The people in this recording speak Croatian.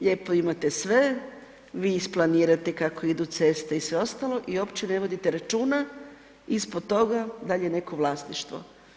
Lijepo imate sve, vi isplanirate kako idu ceste i sve ostalo i uopće ne vodite računa ispod toga da li je neko vlasništvo.